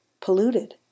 polluted